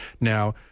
Now